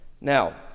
Now